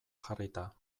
jarrita